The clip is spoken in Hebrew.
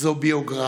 זו ביוגרפיה.